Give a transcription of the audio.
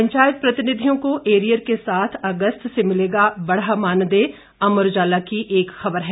पंचायत प्रतिनिधियों को एरियर के साथ अगस्त से मिलेगा बढ़ा मानदेय अमर उजाला की एक खबर है